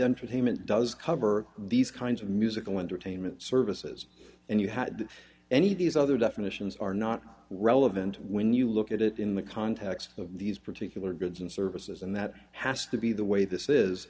entertainment does cover these kinds of musical entertainment services and you had any of these other definitions are not relevant when you look at it in the context of these particular goods and services and that has to be the way this is